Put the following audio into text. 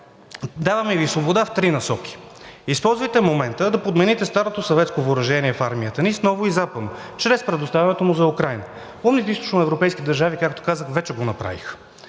Даваме Ви свобода в три насоки. Използвайте момента да подмените старото съветско въоръжение в армията ни с ново и западно чрез предоставянето му за Украйна. Умните източноевропейски държави, както казах, вече го направиха.